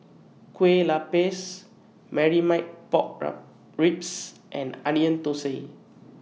Kuih Lopes Marmite Pork Ribs and Onion Thosai